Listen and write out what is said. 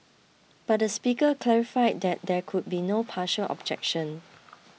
but the speaker clarified that there could be no partial objection